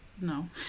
No